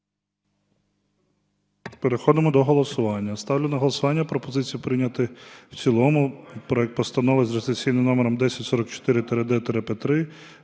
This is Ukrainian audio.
Переходимо до голосування. Ставлю на голосування пропозицію прийняти в цілому проект Постанови за реєстраційним номером 10044-д-П3: